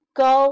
go